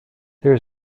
there